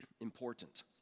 important